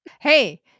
Hey